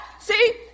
see